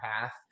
path